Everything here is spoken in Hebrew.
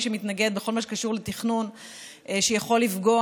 שמתנגד בכל מה שקשור לתכנון שיכול לפגוע,